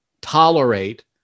tolerate